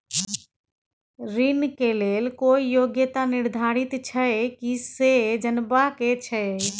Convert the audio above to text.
ऋण के लेल कोई योग्यता निर्धारित छै की से जनबा के छै?